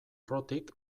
errotik